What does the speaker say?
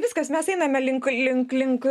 viskas mes einame link link link